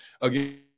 again